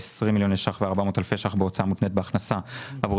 ו-20,400 אלפי שקלים בהוצאה מותנית בהכנסה עבור